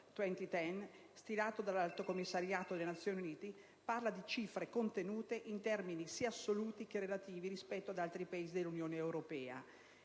2010», stilato dall'Alto commissariato delle Nazioni Unite per i rifiugiati, parla di cifre contenute, in termini sia assoluti che relativi, rispetto ad altri Paesi dell'Unione europea.